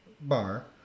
bar